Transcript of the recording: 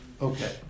Okay